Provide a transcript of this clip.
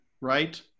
right